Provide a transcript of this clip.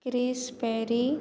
Chris peri